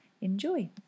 Enjoy